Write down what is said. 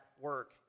work